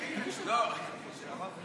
תקריא את התשובה, מעניין אותי לשמוע.